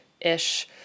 ish